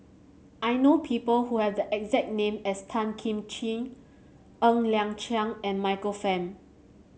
I know people who have the exact name as Tan Kim Ching Ng Liang Chiang and Michael Fam